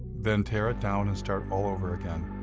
then tear it down and start all over again.